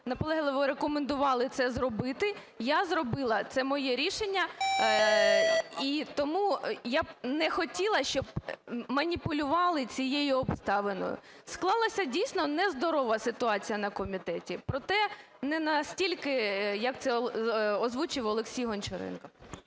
наполегливо рекомендували це зробити, я зробила – це моє рішення. І тому я не хотіла б, щоб маніпулювали цією обставиною. Склалась, дійсно, нездорова ситуація на комітеті. Проте, не настільки, як це озвучив Олексій Гончаренко.